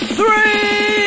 three